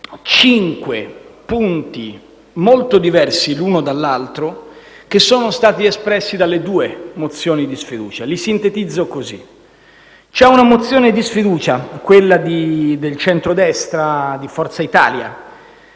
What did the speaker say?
cinque punti, molto diversi l'uno dall'altro, che sono stati espressi dalle due mozioni di sfiducia. Li sintetizzo così. C'è innanzitutto una mozione di sfiducia, quella del centrodestra e di Forza Italia,